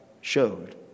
showed